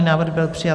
Návrh byl přijat.